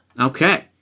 Okay